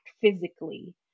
physically